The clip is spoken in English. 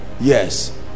Yes